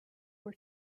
were